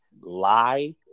lie